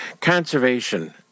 conservation